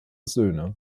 söhne